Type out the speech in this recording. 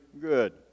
good